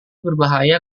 berbahaya